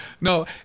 no